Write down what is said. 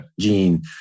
gene